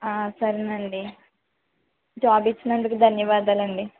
ఆ సరేనండి జాబ్ ఇచ్చినందుకు ధన్యవాదాలండి